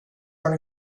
are